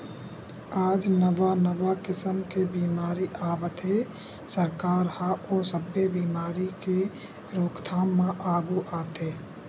आज नवा नवा किसम के बेमारी आवत हे, सरकार ह ओ सब्बे बेमारी के रोकथाम म आघू आथे